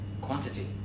quantity